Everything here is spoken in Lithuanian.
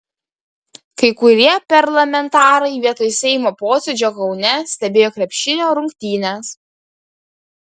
kai kurie parlamentarai vietoj seimo posėdžio kaune stebėjo krepšinio rungtynes